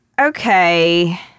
okay